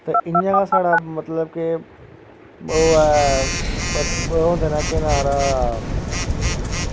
ते इ'यां गै साढ़ा मतलब कि ओह् ऐ ओह् होंदे न केह् नांऽ एह्दा